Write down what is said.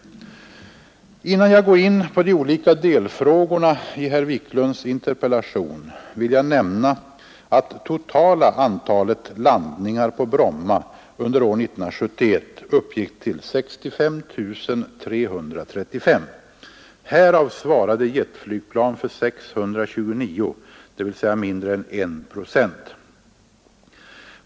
Innan jag går in på de olika delfrågorna i herr Wiklunds interpellation vill jag nämna att totala antalet landningar på Bromma under år 1971 uppgick till 65 335. Härav svarade jetflygplan för 629, dvs. mindre än 1 procent.